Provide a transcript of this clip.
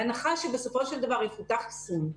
בהנחה שבסופו של דבר יפותח חיסון,